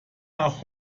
nach